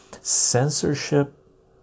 Censorship